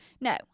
No